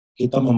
kita